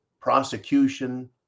prosecution